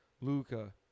Luca